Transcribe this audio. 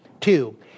Two